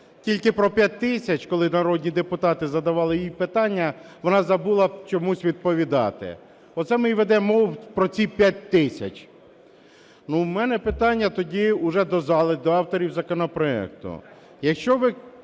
Тільки про 5 тисяч, коли народні депутати задавали їй питання, вона забула чомусь відповідати. Оце ми і ведемо мову про ці 5 тисяч. Ну, в мене тоді питання вже до зали, до авторів законопроекту, якщо ви